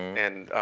and